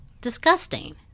disgusting